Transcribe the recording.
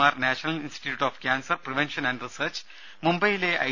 R national institute of cancer prevention and research മുംബൈയിലെ I